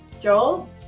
Joel